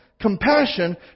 compassion